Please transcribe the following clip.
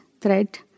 thread